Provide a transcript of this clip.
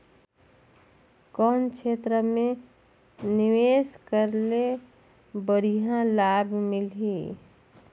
कौन क्षेत्र मे निवेश करे ले बढ़िया लाभ मिलही?